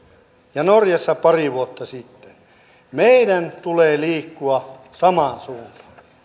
ja norjassa pari vuotta sitten meidän tulee liikkua samaan suuntaan